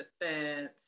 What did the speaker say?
Defense